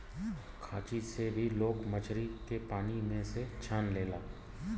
खांची से भी लोग मछरी के पानी में से छान लेला